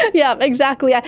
yeah yeah exactly. yeah